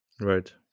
Right